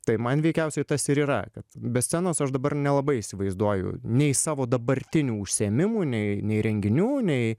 tai man veikiausiai tas ir yra kad be scenos aš dabar nelabai įsivaizduoju nei savo dabartinių užsiėmimų nei nei renginių nei